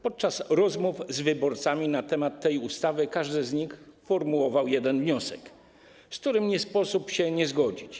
Podczas rozmów z wyborcami na temat tej ustawy każdy z nich formułował jeden wniosek, z którym nie sposób się nie zgodzić.